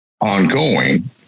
ongoing